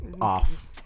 Off